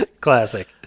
Classic